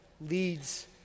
leads